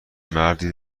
مردی